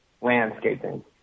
landscaping